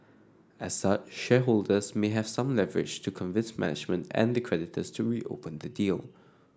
as such shareholders may have some leverage to convince management and the creditors to reopen the deal